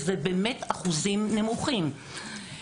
באמת אחוזים נמוכים.